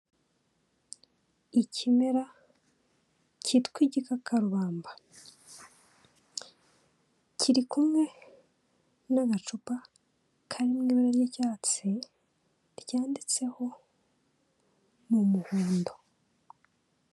Ikimera cyitwa igikakarubamba, kiri kumwe n'agacupa kari mu ibara ry'icyatsi, ryanditseho mu muhondo.